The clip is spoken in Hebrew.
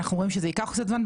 אנחנו רואים שזה ייקח קצת זמן,